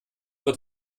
wird